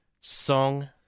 Song